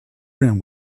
rim